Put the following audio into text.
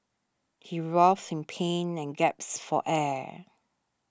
he in pain and gaps for air